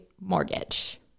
mortgage